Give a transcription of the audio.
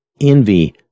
envy